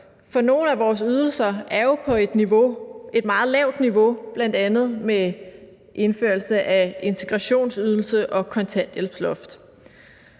for nogle af vores ydelser er på et meget lavt niveau, bl.a. med indførelse af integrationsydelse og kontanthjælpsloft,